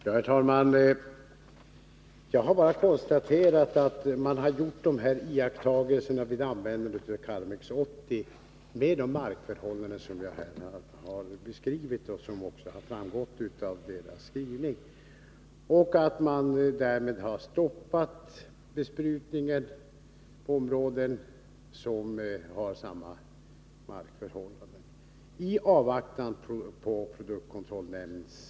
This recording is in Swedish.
Herr talman! Jag kan bara konstatera att man har gjort dessa iakttagelser vid användande av Karmex 80 under de markförhållanden som jag här beskrivit och som också redovisas i SJ:s skrivning. Besprutningen har därför stoppats på områden med denna typ av markförhållanden i avvaktan på produktkontrollnämndens utredning.